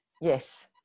Yes